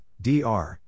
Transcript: DR